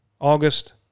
August